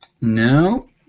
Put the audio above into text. No